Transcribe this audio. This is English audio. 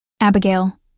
Abigail